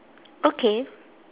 okay